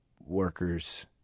workers